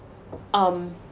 um